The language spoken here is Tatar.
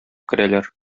керәләр